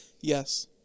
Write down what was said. yes